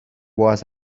was